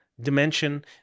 Dimension